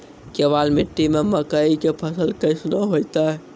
केवाल मिट्टी मे मकई के फ़सल कैसनौ होईतै?